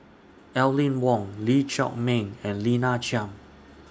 Aline Wong Lee Chiaw Meng and Lina Chiam